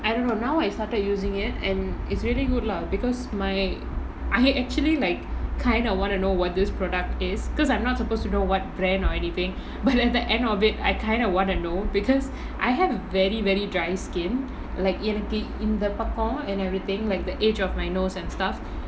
I don't know now I started using it and it's really good lah because my I actually like kind of want to know what this product is because I'm not supposed to know what brand or anything but at the end of it I kind of want to know because I have very very dry skin like எனக்கு இந்த பக்கோ:enakku intha pakko and everything like the age of my nose and stuff